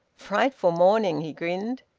frightful morning! he grinned.